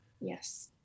yes